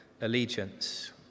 allegiance